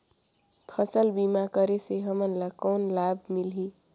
फसल बीमा करे से हमन ला कौन लाभ मिलही?